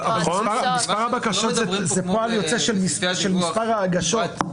מספר הבקשות זה פועל יוצא של מספר ההגשות.